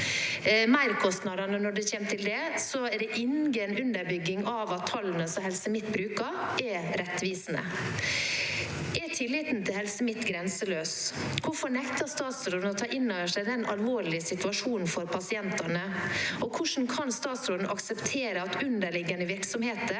dokumentert. Når det gjelder merkostnader, er det ingen underbygging av at tallene som Helse Midt-Norge bruker, er rettvisende. Er tilliten til Helse Midt-Norge grenseløs? Hvorfor nekter statsråden å ta innover seg den alvorlige situasjonen for pasientene, og hvordan kan statsråden akseptere at underliggende virksomheter